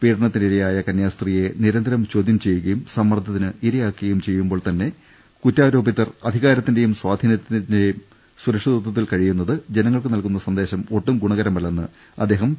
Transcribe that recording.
പീഡനത്തിനിരയായ കന്യാസ്ത്രീയെ നിരന്തരം ചോദ്യം ചെയ്യു കയും സമ്മർദ്ദത്തിനിരയാക്കുകയും ചെയ്യുമ്പോൾതന്നെ കുറ്റാരോപിതർ അധികാരത്തിന്റേയും സ്വാധീനത്തിന്റേയും സുരക്ഷിതത്വത്തിൽ കഴിയു ന്നത് ജനങ്ങൾക്കു നൽകുന്ന സന്ദേശം ഒട്ടും ഗുണകരമല്ലെന്ന് അദ്ദേഹം തിരുവനന്തപുരത്ത് പറഞ്ഞു